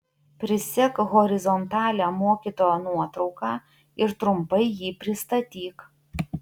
prisek horizontalią mokytojo nuotrauką ir trumpai jį pristatyk